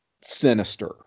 sinister